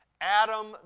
Adam